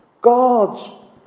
God's